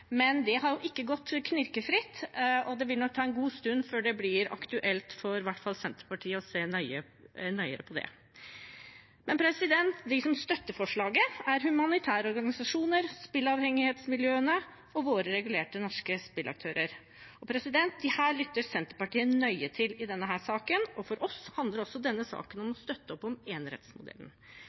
god stund før det blir aktuelt for i hvert fall Senterpartiet å se nøyere på det. Men de som støtter forslaget, er humanitære organisasjoner, spilleavhengighetsmiljøene og våre regulerte, norske spillaktører. Dem lytter Senterpartiet nøye til i denne saken, og for oss handler også denne saken om å støtte opp om